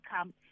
come